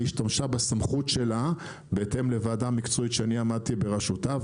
היא השתמשה בסמכות שלה בהתאם לוועדה מקצועית שאני עמדתי בראשה,